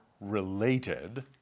related